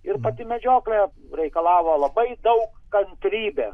ir pati medžioklė reikalavo labai daug kantrybės